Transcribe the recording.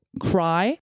cry